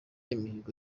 imihigo